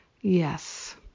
Yes